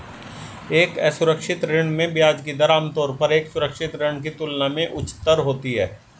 एक असुरक्षित ऋण में ब्याज की दर आमतौर पर एक सुरक्षित ऋण की तुलना में उच्चतर होती है?